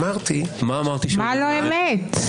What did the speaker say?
מה לא אמת?